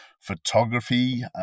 photography